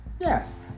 Yes